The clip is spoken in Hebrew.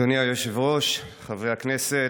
אדוני היושב-ראש, חברי הכנסת,